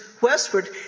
westward